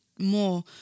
more